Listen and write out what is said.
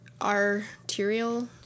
arterial